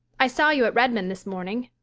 i saw you at redmond this morning.